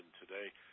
today